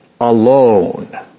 alone